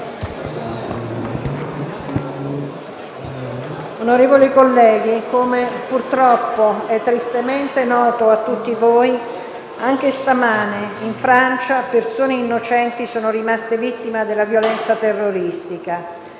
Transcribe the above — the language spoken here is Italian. Onorevoli colleghi, come purtroppo è tristemente noto a tutti voi, anche stamane in Francia persone innocenti sono rimaste vittima della violenza terroristica.